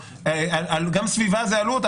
גם סביבה זה עלות.